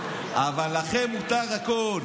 אבל לכם מותר הכול.